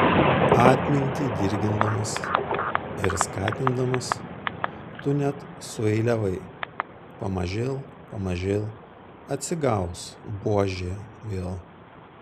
atmintį dirgindamas ir skatindamas tu net sueiliavai pamažėl pamažėl atsigaus buožė vėl